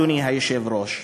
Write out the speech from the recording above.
אדוני היושב-ראש.